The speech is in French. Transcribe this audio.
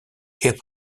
hip